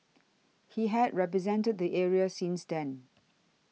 he had represented the area since then